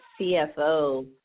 CFO